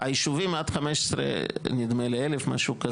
היישובים עד 15 אלף נדמה לי משהו כזה.